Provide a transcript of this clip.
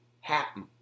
happen